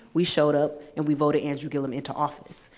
we showed up and we voted andrew gillum into office.